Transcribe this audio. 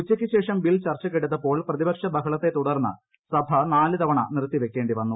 ഉച്ചയ്ക്കുശേഷം ബിൽ ചർച്ചയ്ക്കെടുത്തപ്പോൾ പ്രതിപക്ഷ ബഹളത്തെ തുടർന്ന് സഭ നാല് തവണ നിർത്തി വയ്ക്കേണ്ടി വന്നു